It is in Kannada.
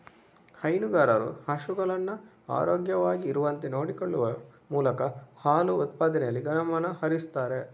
ಹೈನುಗಾರರು ಹಸುಗಳನ್ನ ಆರೋಗ್ಯವಾಗಿ ಇರುವಂತೆ ನೋಡಿಕೊಳ್ಳುವ ಮೂಲಕ ಹಾಲು ಉತ್ಪಾದನೆಯಲ್ಲಿ ಗಮನ ಹರಿಸ್ತಾರೆ